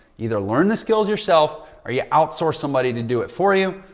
either learn the skills yourself or you outsource somebody to do it for you.